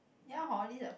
ya hor these are